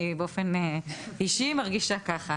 אני באופן אישי מרגישה כך.